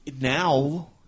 Now